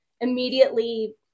Immediately